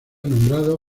nombrado